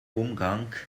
umgang